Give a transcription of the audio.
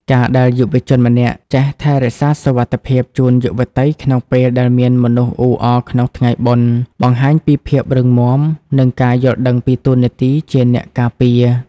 ការដែលយុវជនម្នាក់ចេះ "ថែរក្សាសុវត្ថិភាព" ជូនយុវតីក្នុងពេលដែលមានមនុស្សអ៊ូអរក្នុងថ្ងៃបុណ្យ បង្ហាញពីភាពរឹងមាំ និងការយល់ដឹងពីតួនាទីជាអ្នកការពារ។